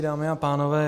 Dámy a pánové.